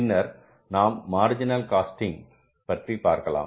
பின்னர் நாம் marginal costing பற்றி பார்க்கலாம்